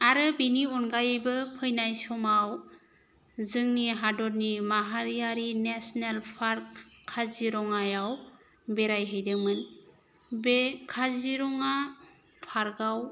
आरो बेनि अनगायैबो फैनाय समाव जोंनि हादरनि माहारियारि नेसनेल पार्क काजिरङायाव बेरायहैदोंमोन बे काजिरङा पार्क आव